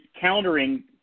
countering